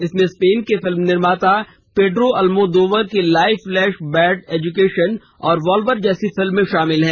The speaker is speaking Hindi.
इनमें स्पेन के फिल्म निर्माता पेड्रो अल्मोदोवर की लाइव फ्लेश बैड एजुकेशन और वोल्वर जैसी फिल्में शामिल है